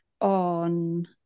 on